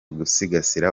gusigasira